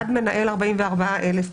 המוסד מנהל 44,000 תיקים.